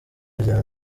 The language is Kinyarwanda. rya